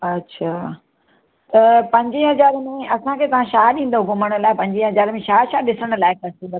अच्छा त पंजे हज़ारे में असांखे तव्हां छा ॾींदव घुमण लाइ पंजे हज़ारे में छा छा ॾिसण लाइ आहे